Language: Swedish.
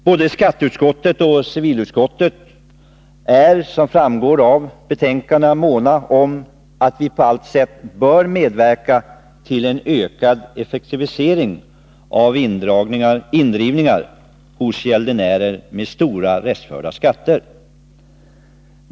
Både skatteutskottet och civilutskottet är, som framgår av betänkandena, måna om att vi på allt sätt skall medverka till en ökad effektivisering av indrivningar hos gäldenärer med stora, restförda skatter.